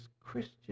Christian